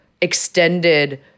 extended